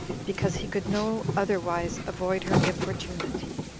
because he could no otherwise avoid her importunity.